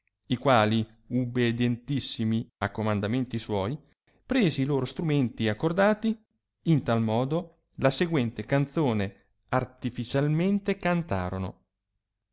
i quali ubbidientissimi a comandamenti suoi presi i loro strumenti e accordati in tal modo la seguente canzone artificialmente cantarono